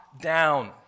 down